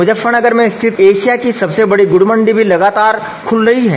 मुजफ्फरनगर में स्थित एशिया की सबसे बड़ी गुड़ मंडी भी लगातार खुल रही है